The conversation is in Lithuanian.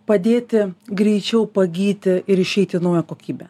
padėti greičiau pagyti ir išeiti į naują kokybę